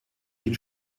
ihn